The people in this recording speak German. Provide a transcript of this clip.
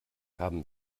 haben